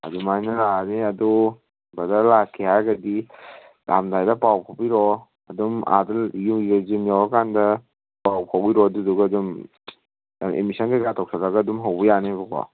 ꯑꯗꯨꯃꯥꯏꯅ ꯂꯥꯛꯑꯅꯤ ꯑꯗꯨ ꯕ꯭ꯔꯗꯔ ꯂꯥꯛꯀꯦ ꯍꯥꯏꯔꯒꯗꯤ ꯂꯦꯛꯑꯝꯗꯥꯏꯗ ꯄꯥꯎ ꯐꯥꯎꯕꯤꯔꯛꯑꯣ ꯑꯗꯨꯝ ꯑꯥꯗ ꯖꯤꯝ ꯌꯧꯔꯛꯑꯀꯥꯟꯗ ꯄꯥꯎ ꯐꯥꯎꯕꯤꯔꯛꯑꯣ ꯑꯗꯨꯗꯨꯒ ꯑꯗꯨꯝ ꯑꯦꯗꯃꯤꯁꯟ ꯀꯩꯀꯥ ꯇꯧꯁꯤꯜꯂꯒ ꯑꯗꯨꯝ ꯍꯧꯕ ꯌꯥꯅꯦꯕꯀꯣ